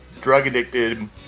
drug-addicted